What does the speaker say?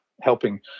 helping